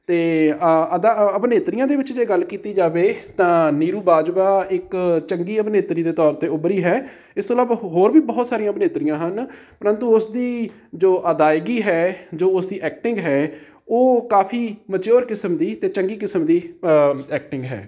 ਅਤੇ ਅਦਾ ਅਭਿਨੇਤਰੀਆਂ ਦੇ ਵਿੱਚ ਜੇ ਗੱਲ ਕੀਤੀ ਜਾਵੇ ਤਾਂ ਨੀਰੂ ਬਾਜਵਾ ਇੱਕ ਚੰਗੀ ਅਭਿਨੇਤਰੀ ਦੇ ਤੌਰ 'ਤੇ ਉੱਭਰੀ ਹੈ ਇਸ ਤੋਂ ਇਲਾਵਾ ਹੋਰ ਵੀ ਬਹੁਤ ਸਾਰੀਆਂ ਅਭਿਨੇਤਰੀਆਂ ਹਨ ਪ੍ਰੰਤੂ ਉਸ ਦੀ ਜੋ ਅਦਾਇਗੀ ਹੈ ਜੋ ਉਸਦੀ ਐਕਟਿੰਗ ਹੈ ਉਹ ਕਾਫੀ ਮਚਿਓਰ ਕਿਸਮ ਦੀ ਅਤੇ ਚੰਗੀ ਕਿਸਮ ਦੀ ਐਕਟਿੰਗ ਹੈ